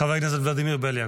חבר הכנסת ולדימיר בליאק,